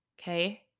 Okay